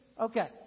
Okay